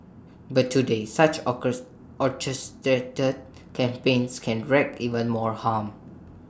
but today such orchestrated campaigns can wreak even more harm